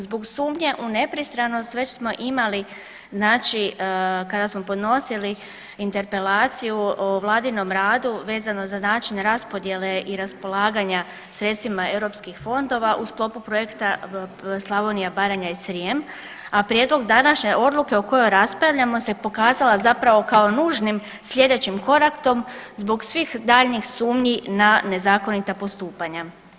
Zbog sumnje u nepristranost već smo imali kada smo podnosili interpelaciju o vladinom radu vezano za način raspodjele i raspolaganja sredstvima eu fondova u sklopu projekta Slavonija, Branja i Srijem, a prijedlog današnje odluke o kojoj raspravljamo se pokazala zapravo kao nužnim sljedećim korakom zbog svih daljnjih sumnji na nezakonita postupanja.